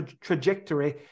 trajectory